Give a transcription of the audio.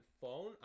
phone